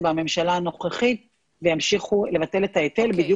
בממשלה הנוכחית וימשיכו לבטל את ההיטל בדיוק